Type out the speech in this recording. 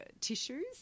tissues